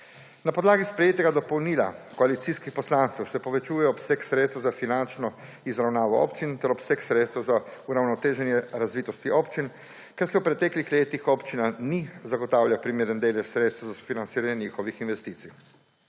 Na podlagi sprejetega dopolnila koalicijskih poslancev se povečuje obseg sredstev za finančno izravnavo občin ter obseg sredstev za uravnoteženje razvitosti občin, ker se v preteklih letih občinam ni zagotavljal primeren delež sredstev za sofinanciranje njihovih investicij.